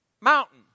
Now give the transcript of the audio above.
mountain